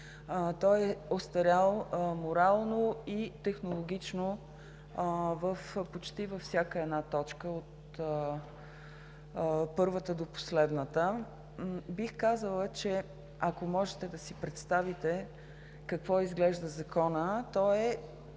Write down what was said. – остарял е морално и технологично почти във всяка точка – от първата до последната. Бих казала, че ако можете да си представите как изглежда Законът, той